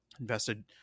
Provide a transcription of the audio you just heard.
invested